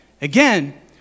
again